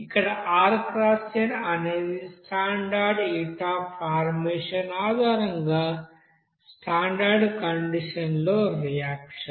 ఇక్కడ rxn అనేది standard heat of formation ఆధారంగా స్టాండర్డ్ కండిషన్ లో రియాక్షన్